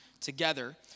together